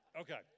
Okay